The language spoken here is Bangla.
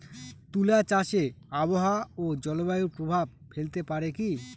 তুলা চাষে আবহাওয়া ও জলবায়ু প্রভাব ফেলতে পারে কি?